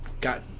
got